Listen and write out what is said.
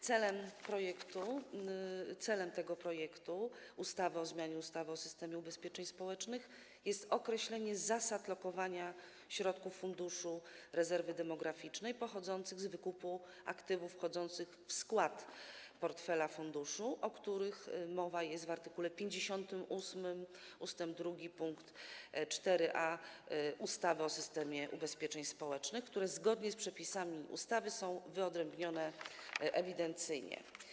Celem projektu ustawy o zmianie ustawy o systemie ubezpieczeń społecznych jest określenie zasad lokowania środków Funduszu Rezerwy Demograficznej pochodzących z wykupu aktywów wchodzących w skład portfela funduszu, o których mowa jest w art. 58 ust. 2 pkt 4a ustawy o systemie ubezpieczeń społecznych, które zgodnie z przepisami ustawy są wyodrębnione ewidencyjnie.